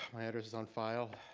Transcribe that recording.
my address is on file,